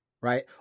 right